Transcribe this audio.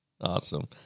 Awesome